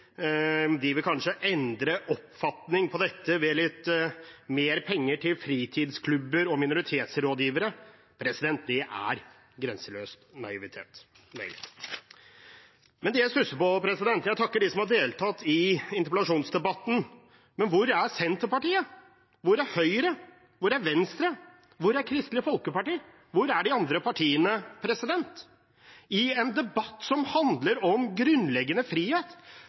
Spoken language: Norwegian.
vil endre oppfatning ved litt mer penger til fritidsklubber og minoritetsrådgivere, er grenseløs naivitet. Jeg takker dem som har deltatt i interpellasjonsdebatten, men det jeg stusser på, er: Hvor er Senterpartiet, hvor er Høyre, hvor er Venstre, hvor er Kristelig Folkeparti – hvor er de andre partiene – i en debatt som handler om grunnleggende frihet,